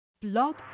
Blog